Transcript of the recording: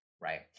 right